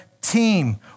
team